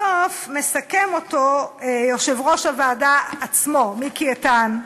בסוף מסכם אותו יושב-ראש הוועדה עצמו, מיקי איתן,